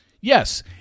yes